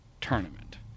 tournament